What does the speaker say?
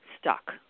stuck